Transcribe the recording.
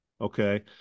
Okay